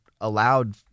allowed